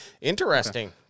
interesting